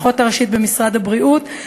האחות הראשית במשרד הבריאות,